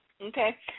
Okay